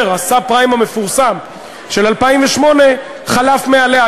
הסאב-פריים המפורסם של 2008 חלף מעליה.